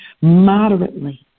moderately